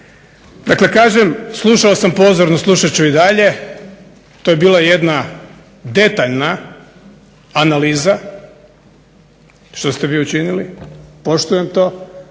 Dakle kažem slušao sam pozorno, slušat ću i dalje, to je bila jedna detaljna analiza što ste vi učinili, poštujem to,